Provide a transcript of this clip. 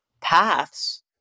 paths